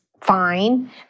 Fine